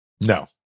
No